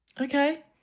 Okay